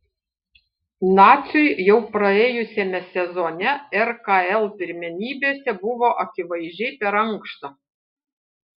naciui jau praėjusiame sezone rkl pirmenybėse buvo akivaizdžiai per ankšta